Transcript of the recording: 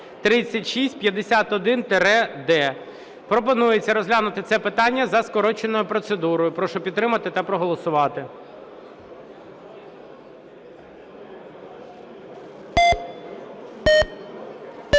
Пропонується розглянути це питання за скороченою процедурою. Прошу підтримати та проголосувати.